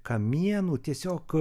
kamienų tiesiog